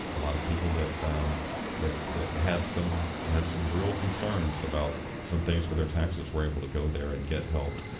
a lot of people that that had some had some real concerns about some things with their taxes were able to go there and get helped.